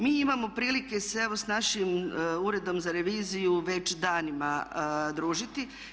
Mi imamo prilike se evo s našim Uredom za reviziju već danima družiti.